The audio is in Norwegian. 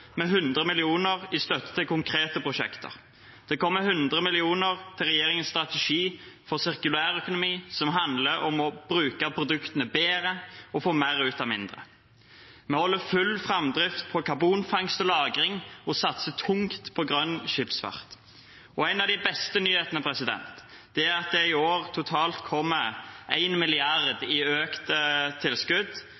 med 100 mill. kr i støtte til konkrete prosjekter. Det kommer 100 mill. kr til regjeringens strategi på sirkulærøkonomi, som handler om å bruke produktene bedre og få mer ut av mindre. Vi holder full framdrift på karbonfangst og -lagring og satser tungt på grønn skipsfart. En av de beste nyhetene er at det i år totalt kommer